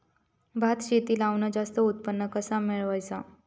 भात शेती लावण जास्त उत्पन्न कसा मेळवचा?